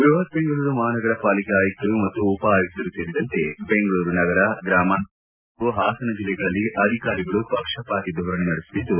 ಬೃಹತ್ ಬೆಂಗಳೂರು ಮಹಾನಗರ ಪಾಲಿಕೆ ಆಯುಕ್ತರು ಮತ್ತು ಉಪ ಆಯುಕ್ತರೂ ಸೇರಿದಂತೆ ಬೆಂಗಳೂರು ನಗರ ಗ್ರಾಮಾಂತರ ಮಂಡ್ಯ ಹಾಗೂ ಹಾಸನ ಜಿಲ್ಲೆಗಳಲ್ಲಿ ಅಧಿಕಾರಿಗಳು ಪಕ್ಷಪಾತಿ ಧೋರಣೆ ನಡೆಸುತ್ತಿದ್ದು